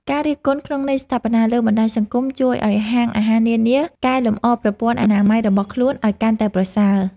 ការរិះគន់ក្នុងន័យស្ថាបនាលើបណ្តាញសង្គម ជួយឱ្យហាងអាហារនានាកែលម្អប្រព័ន្ធអនាម័យរបស់ខ្លួនឱ្យកាន់តែប្រសើរ។